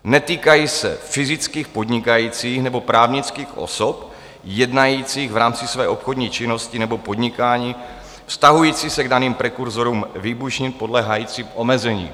Netýkají se fyzických podnikajících nebo právnických osob jednajících v rámci své obchodní činnosti nebo podnikání vztahující se k daným prekurzorům výbušnin podléhajícím omezení.